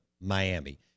Miami